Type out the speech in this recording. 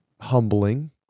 humbling